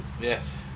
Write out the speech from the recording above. Yes